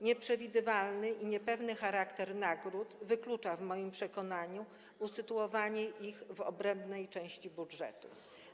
Nieprzewidywalny i niepewny charakter nagród wyklucza w moim przekonaniu usytuowanie ich w odrębnej części budżetu.